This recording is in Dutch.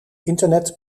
internet